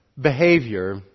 behavior